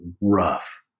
rough